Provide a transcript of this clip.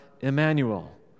Emmanuel